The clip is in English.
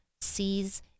sees